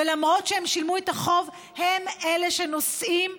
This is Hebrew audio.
ולמרות שהם שילמו את החוב הם אלה שנושאים,